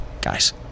guys